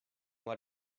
what